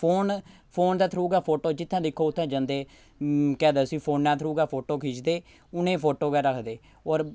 phone phone दे through गै photo जित्थै दिक्खो उत्थै जंदे केह् आखदे उस्सी फोना दे थ्रू गै फोटो खिचदे उ'नेंगी फोटो गै रखदे होर